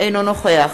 אינו נוכח